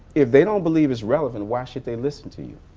if they don't believe it's relevant, why should they listen to you?